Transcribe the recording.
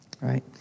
right